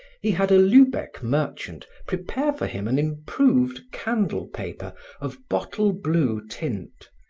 he had a lubeck merchant prepare for him an improved candle paper of bottle-blue tint,